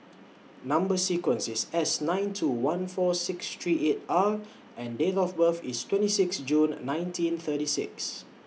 Number sequence IS S nine two one four six three eight R and Date of birth IS twenty six June nineteen thirty six